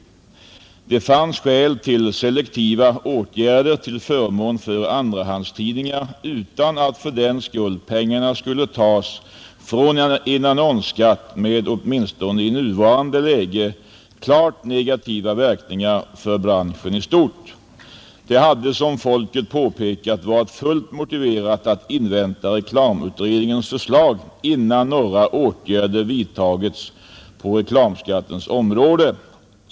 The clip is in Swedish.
Det fanns skäl till selektiva åtgärder till förmån för andrahandstidningar utan att för den skull pengarna skulle tas från en annonsskatt med åtminstone i nuvarande läge klart negativa verkningar för branschen i stort. Det hade som FOLKET påpekat varit fullt motiverat att invänta reklamutredningens förslag, innan några åtgärder vidtagits på reklamskattens område.